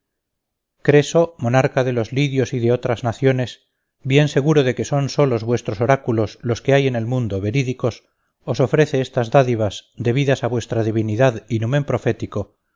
creso monarca de los lidios y de otras naciones bien seguro de que son solos vuestros oráculos los que hay en el mundo verídicos os ofrece estas dádivas debidas a vuestra divinidad y numen profético